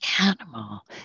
animal